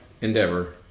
Endeavor